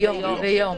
ביום.